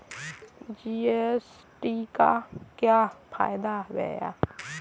GST का क्या फायदा है भैया?